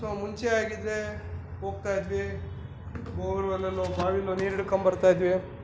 so ಮುಂಚೆ ಆಗಿದ್ದರೆ ಹೋಗ್ತಾ ಇದ್ವಿ ಬೋರ್ವೆಲ್ಲಲ್ಲೋ ಬಾವಿಲೋ ನೀರು ಹಿಡ್ಕೊಂಬರ್ತಾ ಇದ್ವಿ